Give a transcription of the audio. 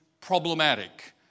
problematic